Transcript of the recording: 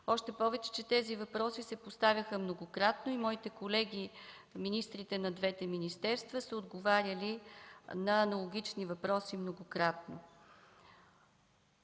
още повече че тези въпроси се поставяха и моите колеги, министрите на двете министерства, са отговаряли на аналогични въпроси многократно.